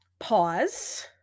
Pause